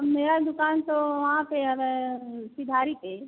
मेरा दुकान तो वहाँ पर है वे सिधारी पर